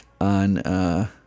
on